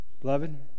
beloved